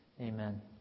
Amen